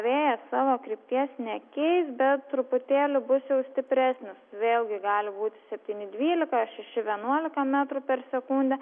vėjas savo krypties nekeis bet truputėlį bus jau stipresnis vėlgi gali būti septyni dvylika šeši vienuolika metrų per sekundę